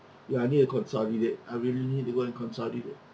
ya I need to consolidate I really need to go and consolidate